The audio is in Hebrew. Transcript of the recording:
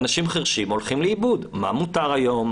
אנשים חירשים הולכים לאיבוד מה מותר היום,